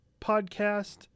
Podcast